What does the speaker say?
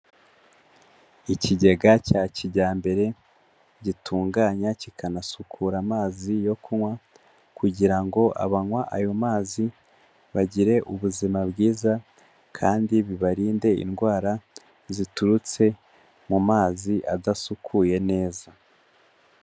Ikigega cya kijyambere gitunganya kikanasukura amazi yo kunywa kugira ngo abanywa ayo mazi bagire ubuzima bwiza, kandi bibarinde indwara ziturutse mu mazi adasukuye neza.